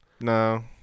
No